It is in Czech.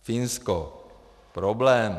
Finsko problém.